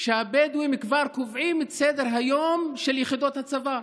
שהבדואים כבר קובעים את סדר-היום של יחידות הצבא,